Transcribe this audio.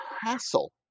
hassle